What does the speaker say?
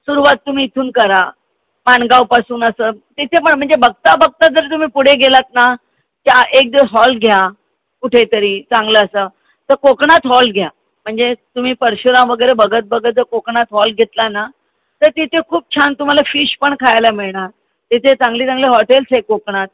सुरवात तुम्ही इथून करा माणगावपासून असं तिथे पण म्हणजे बघता बघता जर तुम्ही पुढे गेलात ना जा एक दिवस हॉल्ट घ्या कुठेतरी चांगलं असं तर कोकणात हॉल्ट घ्या म्हणजे तुम्ही परशुराम वगैरे बघत बघत जर कोकणात हॉल्ट घेतला ना तर तिथे खूप छान तुम्हाला फिश पण खायला मिळणार तिथे चांगले चांगले हॉटेल्स आहे कोकणात